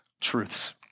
truths